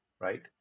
right